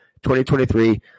2023